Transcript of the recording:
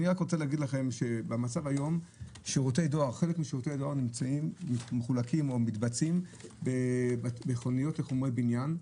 היום חלק משירותי הדואר מתבצעים ומחולקים במכוניות לחומרי בניין,